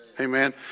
amen